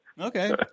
Okay